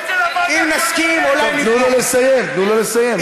אם נסכים, אולי נתמוך.